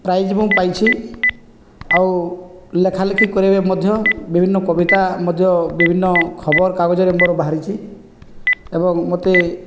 prize ମୁଁ ପାଇଛି ଆଉ ଲେଖା ଲେଖି କରିବା ମଧ୍ୟ ବିଭିନ୍ନ କବିତା ମଧ୍ୟ ବିଭିନ୍ନ ଖବରକାଗଜରେ ମୋର ବାହାରିଛି ଏବଂ ମୋତେ